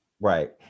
Right